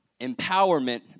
empowerment